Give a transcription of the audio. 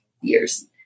years